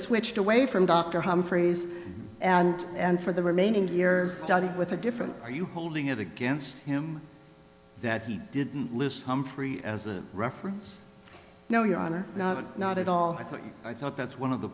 switched away from dr humphreys and and for the remaining years studied with a different are you holding it against him that he didn't list humphrey as a reference no your honor not at all i think i thought that's one of the